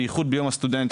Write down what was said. ביחוד ביום הסטודנט,